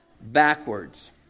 backwards